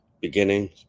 beginning